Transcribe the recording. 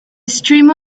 streamer